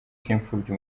cy’imfubyi